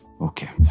okay